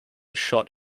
shot